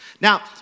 Now